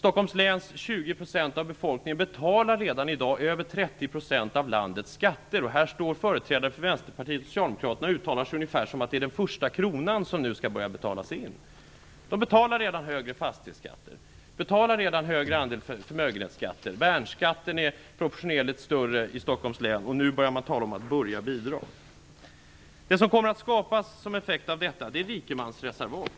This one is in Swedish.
20 % av Stockholms läns befolkning betalar redan i dag över 30 % av landets skatter, och här står företrädare för Vänsterpartiet och Socialdemokraterna och uttalar sig ungefär som att det är den första kronan som nu skall börja betalas in. De betalar redan högre fastighetsskatter, större andel förmögenhetsskatter och värnskatten är proportionerligt större i Stockholms län, och nu börjar man tala om att börja bidra. Effekten av detta är att det kommer att skapas ett rikemansreservat.